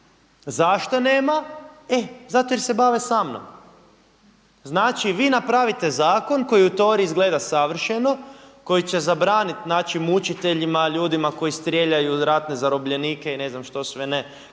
Zašto nema? E zato jer se bave sa mnom. Znači, vi napravite zakon koji u tori izgleda savršeno, koji će zabraniti našim učiteljima, ljudima koji strijeljaju ratne zarobljenike i ne znam što sve ne